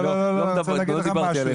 לא דיברתי עליך.